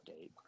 update